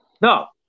No